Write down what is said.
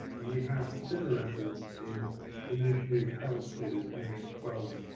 but we have similar records in the ministry of health series mh twelve.